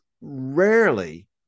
rarely